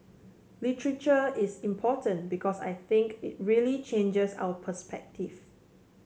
literature is important because I think it really changes our perspective